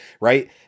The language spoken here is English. right